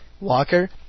Walker